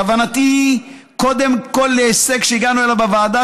כוונתי היא קודם כול להישג שהגענו אליו בוועדה,